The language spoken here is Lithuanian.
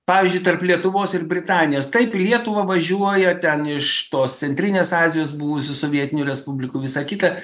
pavyzdžiui tarp lietuvos ir britanijos taip į lietuvą važiuoja ten iš tos centrinės azijos buvusių sovietinių respublikų visa kita